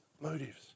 motives